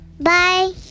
bye